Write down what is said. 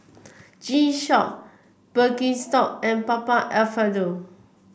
G Shock Birkenstock and Papa Alfredo